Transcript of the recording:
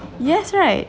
yes right